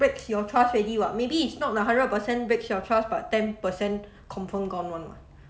breaks your trust already [what] maybe it's not like hundred percent breaks your trust but ten percent confirm gone [one] [what]